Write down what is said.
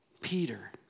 Peter